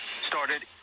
started